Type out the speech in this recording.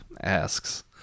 asks